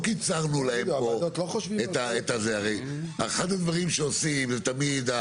אחד הדברים שעושים תמיד,